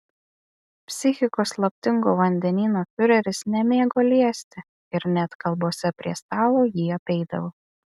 psichikos slaptingo vandenyno fiureris nemėgo liesti ir net kalbose prie stalo jį apeidavo